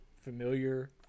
familiar